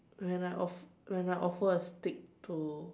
when I of~ when I offer a stick to